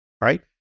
right